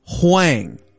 Huang